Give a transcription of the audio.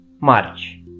March